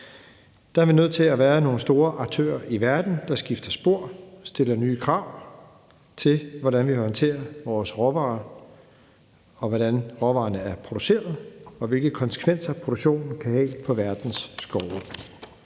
Der er vi nødt til at være nogle store aktører i verden, der skifter spor og stiller nye krav til, hvordan vi håndterer vores råvarer, hvordan råvarerne er produceret, og hvilke konsekvenser produktionen kan have for verdens skove.